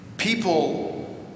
people